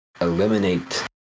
eliminate